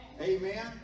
Amen